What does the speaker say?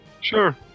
Sure